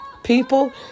People